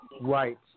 right